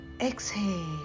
exhale